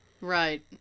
Right